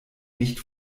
nicht